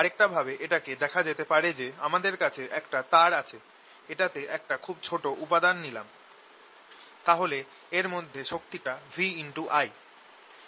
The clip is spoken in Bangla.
আরেকটা ভাবে এটাকে দেখা যেতে পারে যে আমাদের কাছে একটা তার আছে এটাতে একটা খুব ছোট উপাদান নিলাম তাহলে এর মধ্যে শক্তিটা VI